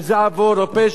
אם זה עוון או פשע.